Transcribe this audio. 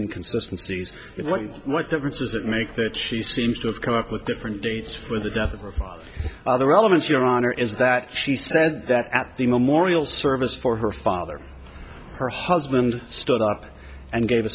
inconsistent stories what difference does it make that she seems to have come up with different dates for the death of other elements your honor is that she says that at the memorial service for her father her husband stood up and gave a